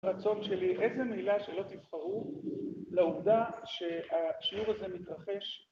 רצון שלי איזה מילה שלא תבחרו לעובדה שהשיעור הזה מתרחש